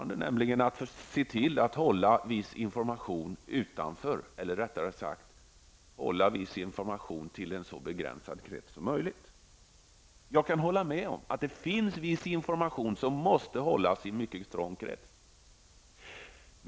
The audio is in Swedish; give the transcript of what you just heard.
Regeringen vill se till att hålla viss information utanför, eller rättare sagt, lämna viss information till en så begränsad krets som möjligt. Jag kan hålla med om att det finns viss information som måste hållas inom en mycket trång krets.